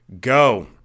Go